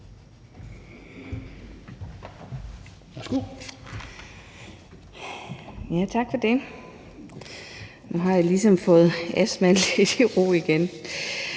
(SF): Tak for det. Nu har jeg ligesom fået astmaen lidt i ro igen.